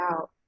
out